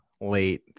late